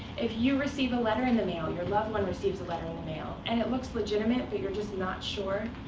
if you receive a letter in the mail, or your loved one receives a letter in the mail, and it looks legitimate, but you're just not sure,